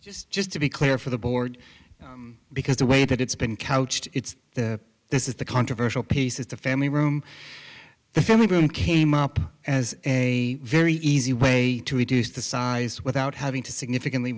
just just to be clear for the board because the way that it's been couched it's the this is the controversial piece is the family room the family room came up as a very easy way to reduce the size without having to significantly